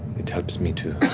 it helps me to